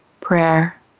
prayer